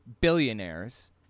billionaires